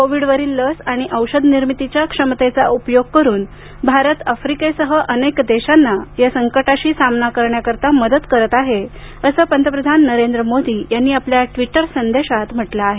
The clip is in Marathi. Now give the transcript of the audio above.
कोविड वरील लस आणि औषध निर्मितीच्या क्षमतेचा उपयोग करून भारत आफ्रीकेसह अनेक देशांना या संकटाशी सामना करण्यासाठी मदत करत आहे असं पंतप्रधान नरेंद्र मोदी यांनी आपल्या ट्विटर संदेशात म्हटलं आहे